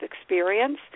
experience